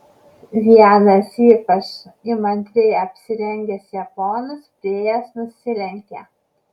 vienas ypač įmantriai apsirengęs japonas priėjęs nusilenkė